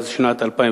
השר לשירותי דת יעקב